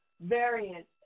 variant